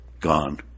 gone